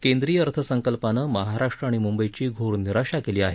केंद्रीय अर्थसंकल्पानं महाराष्ट्र आणि मुंबईची घोर निराशा केली आहे